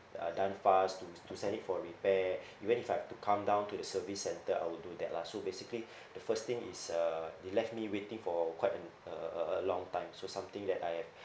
uh done fast to to send it for repair even if I have to come down to the service centre I will do that lah so basically the first thing is uh they left me waiting for quite a a a a a long time so something that I have